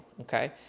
okay